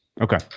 Okay